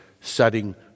setting